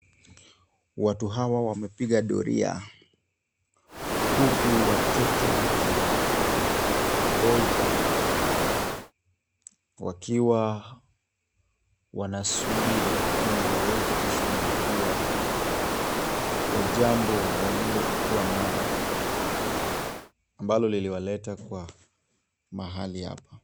Watu hawa wamepiga doria huku watoto wakingoja wakiwa wanasubiri ili waweze kushughulikiwa kwa jambo walilokuwa nalo, ambalo liliwaleta kwa mahali hapa.